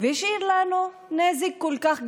והשאיר לנו נזק כל כך גדול,